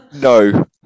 No